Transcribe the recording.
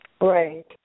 Right